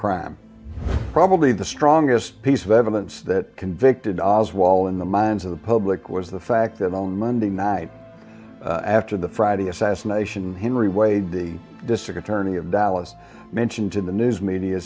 crime probably the strongest piece of evidence that convicted oz wall in the minds of the public was the fact that on monday night after the friday assassination henry wade the disinterring of dallas mentioned in the news media